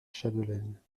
chapdelaine